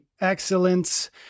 Excellence